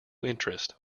interest